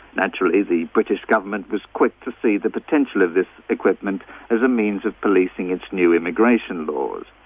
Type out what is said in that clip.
naturally the british government was quick to see the potential of this equipment as a means of policing its new immigration laws.